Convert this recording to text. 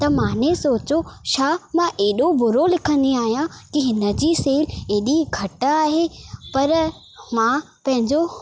त माने सोचो छा मां एॾो बुरो लिखंदी आहियां की हिन जी सेल एॾी घटि आहे पर मां पंहिंजो